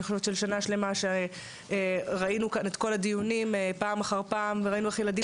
שנה שלמה ישבנו בדיונים ופעם אחר פעם ראינו איך ילדים